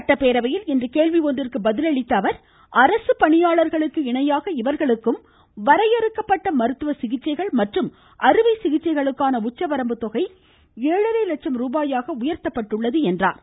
சட்டப்பேரவையில் இன்று கேள்வி ஒன்றிற்கு பதிலளித்த அவர் அரசு பணியாளர்களுக்கு இணையாக இவர்களுக்கும் வரையறுக்கப்பட்ட மருத்துவ சிகிச்சைகள் மற்றும் அறுவை சிகிச்சைகளுக்கான உச்சவரம்பு தொகை ஏழரை லட்சம் ரூபாயாக உயர்த்தப்பட்டுள்ளது என்றார்